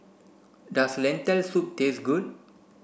does Lentil soup taste good